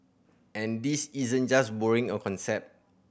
and this isn't just borrowing a concept